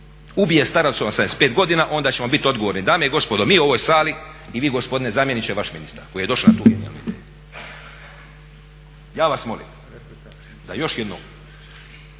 ubije starac od 85 godina onda ćemo biti odgovorni dame i gospodo mi u ovoj sali i vi gospodine zamjeniče i vaš ministar koji je došao na tu genijalnu ideju. Ja vas molim da još jednom